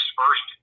first